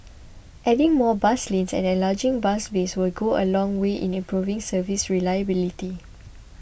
adding more bus lanes and enlarging bus bays will go a long way in improving service reliability